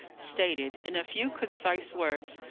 stated, in a few concise words,